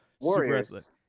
Warriors